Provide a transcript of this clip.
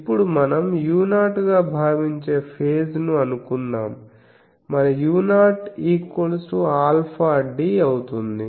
ఇప్పుడు మనం u0 గా భావించే ఫేజ్ ను అనుకుందాం మన u0 αd అవుతుంది